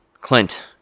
Clint